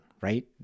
right